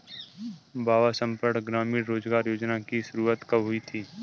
बाबा संपूर्ण ग्रामीण रोजगार योजना की शुरुआत कब हुई थी?